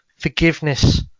forgiveness